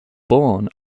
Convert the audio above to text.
born